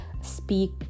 speak